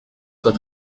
soit